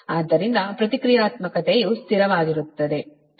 ಆದ್ದರಿಂದ ಪ್ರತಿಕ್ರಿಯಾತ್ಮಕತೆಯು ಸ್ಥಿರವಾಗಿರುತ್ತದೆ